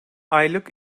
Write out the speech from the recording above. aylık